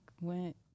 went